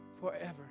forever